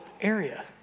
area